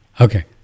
Okay